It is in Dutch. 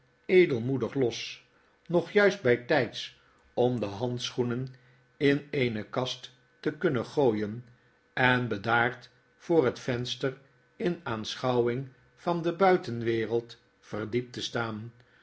los nog juist bfltflds om de handschoenen in eene kast te kunnen gooien en bedaard voor het venster in aanschouwing van de buitenwereld verdiept te staan